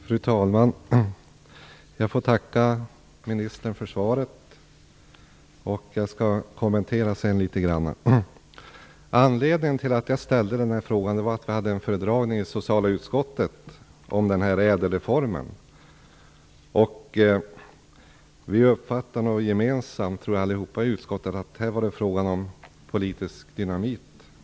Fru talman! Jag får tacka socialministern för svaret, och jag skall sedan kommentera svaret litet grand. Anledningen till att jag ställde denna interpellation är att vi i socialutskottet hade en föredragning om ÄDEL-reformen. Jag tror nog att vi alla gemensamt i utskottet uppfattade att det här var fråga om politisk dynamit.